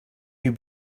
you